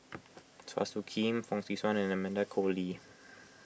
Chua Soo Khim Fong Swee Suan and Amanda Koe Lee